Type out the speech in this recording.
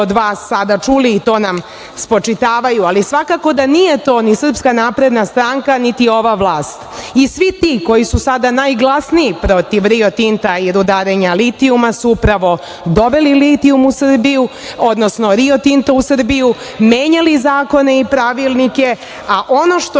od vas sada čuli i to nam spočitavaju, ali svakako da nije to ni SNS, niti ova vlast i svi ti koji su sada najglasniji protiv Rio Tinta i rudarenja litijuma su upravo doveli litijum u Srbiju, odnosno Rio Tinto u Srbiju, menjali zakone i pravilnike, a ono što